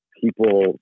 people